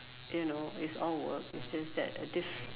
you know it's all work it's just that a diff